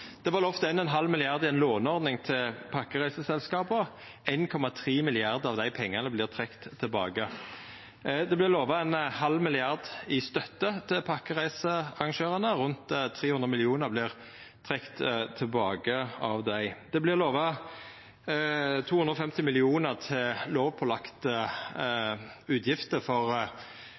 Det var lova 1,5 mrd. kr til ei låneordning til pakkereiseselskapa. 1,3 mrd. kr av dei pengane vert trekte tilbake. Det var lova ein halv milliard kroner i støtte til pakkereisearrangørane. Rundt 300 mill. kr av dei vert trekte tilbake. Det var lova 250 mill. kr til lovpålagde utgifter for